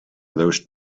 those